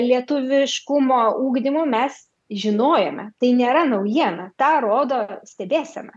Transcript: lietuviškumo ugdymu mes žinojome tai nėra naujiena tą rodo stebėsena